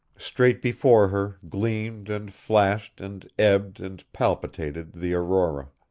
straight before her gleamed and flashed and ebbed and palpitated the aurora.